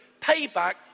payback